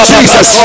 Jesus